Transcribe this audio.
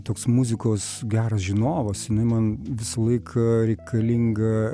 toks muzikos geras žinovas jinai man visąlaik reikalinga